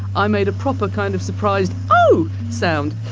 i made a proper kind of surprised oh sound